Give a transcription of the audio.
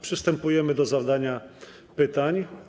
Przystępujemy do zadania pytań.